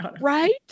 right